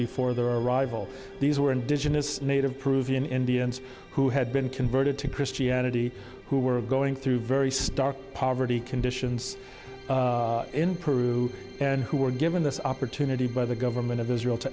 before their arrival these were indigenous native peruvian indians who had been converted to christianity who were going through very stark poverty conditions in peru and who were given this opportunity by the government of israel to